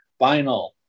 vinyl